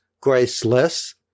graceless